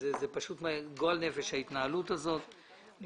זה פשוט גועל נפש ההתנהלות הזאת ואני